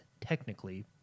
technically